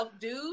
dude